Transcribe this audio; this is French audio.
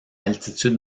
altitude